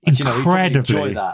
incredibly